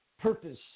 purpose